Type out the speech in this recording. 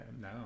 no